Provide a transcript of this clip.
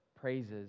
praises